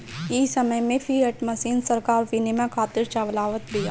इ समय में फ़िएट मनी सरकार विनिमय खातिर चलावत बिया